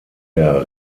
der